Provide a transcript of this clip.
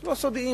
הלא-סודיים,